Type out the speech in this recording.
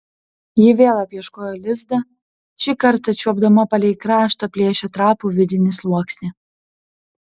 ji vėl apieškojo lizdą šį kartą čiuopdama palei kraštą plėšė trapų vidinį sluoksnį